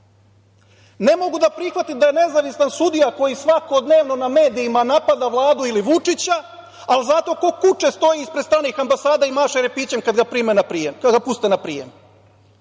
Ne mogu da prihvatim da je nezavistan sudija koji svakodnevno na medijima napada Vladu ili Vučića, a zato kao kuče stoji ispred stranih ambasada i maše repićem kad ga puste na prijem